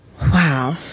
Wow